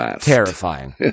terrifying